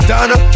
Donna